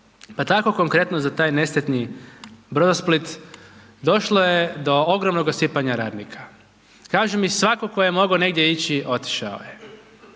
Pa tako konkretno za taj nesretni Brodosplit, došlo je do ogromnog rasipanja radnika. Kažu mi, svatko tko je mogao negdje ići, otišao je.